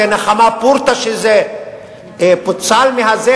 זה נחמה פורתא שזה פוצל מזה,